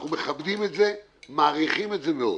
אנחנו מכבדים את זה ומעריכים את זה מאוד.